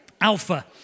Alpha